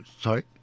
sorry